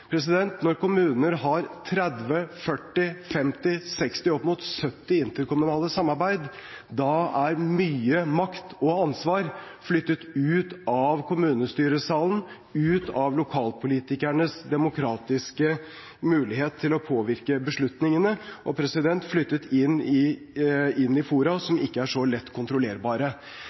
Når kommuner har 30, 40, 50, 60 – opp mot 70 interkommunale samarbeid, er mye makt og ansvar flyttet ut av kommunestyresalen, ut av lokalpolitikernes demokratiske mulighet til å påvirke beslutningene og flyttet inn i fora som ikke er så lett kontrollerbare. Det har også blitt dokumentert i